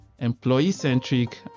employee-centric